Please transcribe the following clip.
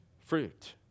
fruit